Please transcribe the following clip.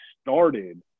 started